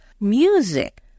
Music